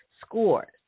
scores